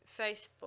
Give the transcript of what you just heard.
facebook